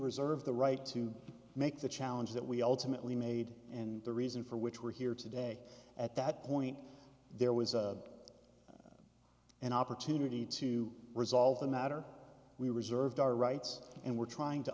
reserve the right to make the challenge that we ultimately made and the reason for which we're here today at that point there was a an opportunity to resolve the matter we reserved our rights and we're trying to